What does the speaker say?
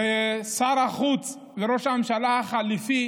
ושר החוץ וראש הממשלה החליפי